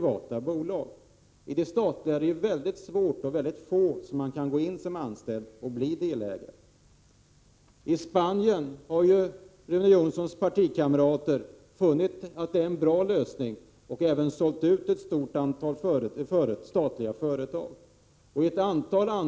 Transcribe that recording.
Vad är det som driver socialdemokraterna att motsätta sig en sådan linje?